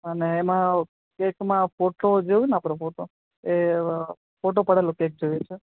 અને એમા કેકમાં ફોટો જોઈએ ને આપણો ફોટો એ ફોટો પડેલો કેક જોઈએ છે